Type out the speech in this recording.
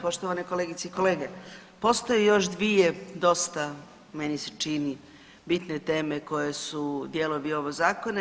Poštovane kolegice i kolege, postoje još dvije dosta meni se čini bitne teme koje su dijelovi onog Zakona.